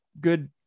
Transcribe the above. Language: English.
good